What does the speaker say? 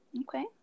Okay